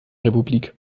republik